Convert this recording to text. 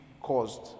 caused